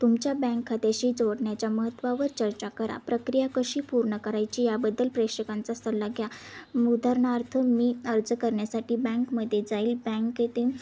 तुमच्या बँक खात्याशी जोडण्याच्या महत्त्वावर चर्चा करा प्रक्रिया कशी पूर्ण करायची याबद्दल प्रेषकांचा सल्ला घ्या उदाहरणार्थ मी अर्ज करण्यासाठी बँकमध्ये जाईल बँक येथे